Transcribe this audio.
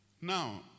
Now